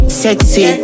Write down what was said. sexy